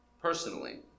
personally